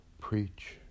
preach